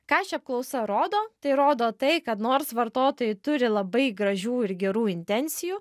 ką ši apklausa rodo tai rodo tai kad nors vartotojai turi labai gražių ir gerų intencijų